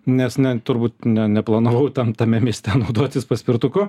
nes ne turbūt ne neplanavau ten tame mieste naudotis paspirtuku